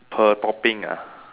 per topping ah